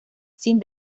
sin